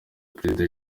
perezida